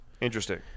Interesting